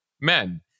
men